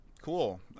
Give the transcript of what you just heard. Cool